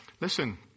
Listen